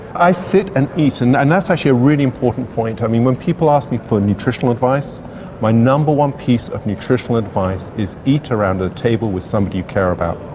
i sit and eat and and that's actually a really important point. i mean when people ask me for nutritional advice my number one piece of nutritional advice is eat around the table with someone you care about.